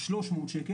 300 שקל,